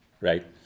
right